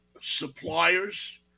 suppliers